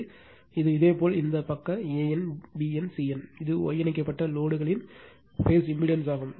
இது இதேபோல் இந்த பக்க AN BN CN இது Y இணைக்கப்பட்ட லோடு களின் பேஸ் இம்பிடன்ஸ் ஆகும்